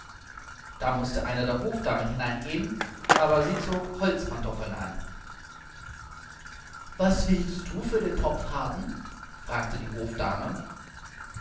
da mußte eine der hofdamen hineingehen aber sie zog holzpantoffeln an was willst du für den topf haben fragte die hofdame